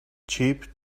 cheap